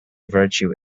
virtue